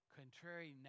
contrary